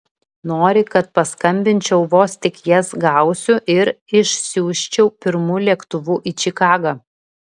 nori kad paskambinčiau vos tik jas gausiu ir išsiųsčiau pirmu lėktuvu į čikagą